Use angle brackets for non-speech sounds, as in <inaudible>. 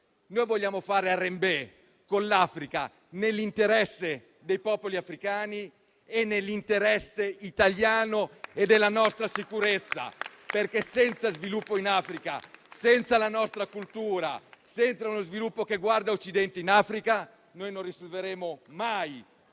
Noi vogliamo fare "Harambee" con l'Africa, nell'interesse dei popoli africani e nell'interesse italiano e della nostra sicurezza <applause> perché senza sviluppo in Africa, senza la nostra cultura, senza uno sviluppo che guarda all'Occidente in Africa, noi non risolveremo mai